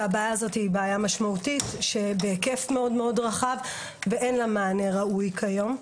והבעיה הזאת היא בעיה משמעותית בהיקף רחב מאוד ואין לה מענה ראוי כיום.